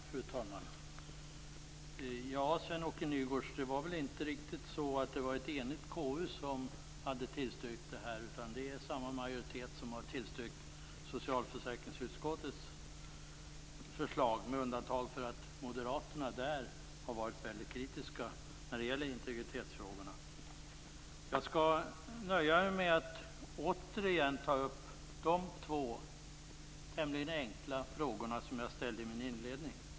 Fru talman! Sven-Åke Nygårds, det var väl inte ett enigt konstitutionsutskott som tillstyrkte detta, utan det är samma majoritet som har tillstyrkt socialförsäkringsutskottets förslag, med undantag för att Moderaterna där har varit mycket kritiska när det gäller integritetsfrågorna. Jag skall nöja mig med att återigen ta upp de två tämligen enkla frågorna som jag ställde i mitt inledningsanförande.